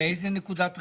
באיזה נקודת ראות?